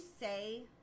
say